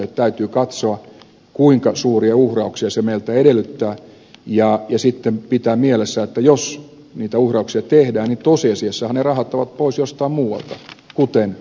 täytyy katsoa kuinka suuria uhrauksia se meiltä edellyttää ja pitää sitten mielessä että jos niitä uhrauksia tehdään niin tosiasiassahan ne rahat ovat poissa jostain muualta kuten perusturvan kehittämisestä